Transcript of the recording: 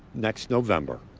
next november.